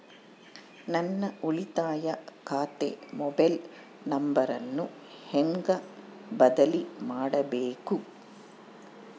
ನನ್ನ ಉಳಿತಾಯ ಖಾತೆ ಮೊಬೈಲ್ ನಂಬರನ್ನು ಹೆಂಗ ಬದಲಿ ಮಾಡಬೇಕು?